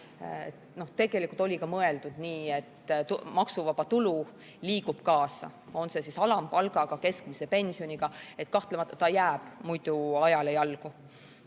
tegelikult oli ka mõeldud nii, et maksuvaba tulu liigub kaasa, on see siis alampalgaga või keskmise pensioniga. Kahtlemata ta jääb muidu ajale jalgu.